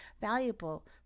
valuable